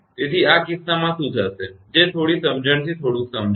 તેથી આ કિસ્સામાં શું થશે જે થોડી સમજણથી થોડુંક સમજાશે